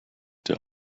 der